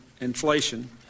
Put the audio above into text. inflation